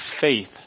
faith